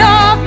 off